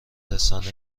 رسانه